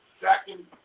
Second